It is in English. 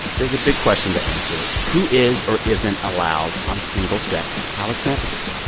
there's a big question to answer. who is or isn't allowed on single-sex college campuses?